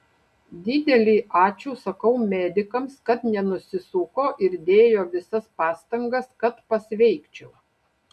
didelį ačiū sakau medikams kad nenusisuko ir dėjo visas pastangas kad pasveikčiau